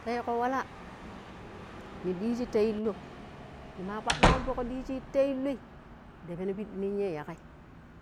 Ta yiiko wala ni diiji ta iloi nima kpadikon fok diji ta iloi da peno pidi ninyai yaƙai?